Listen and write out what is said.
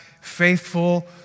faithful